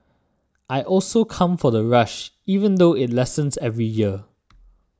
I also come for the rush even though it lessens every year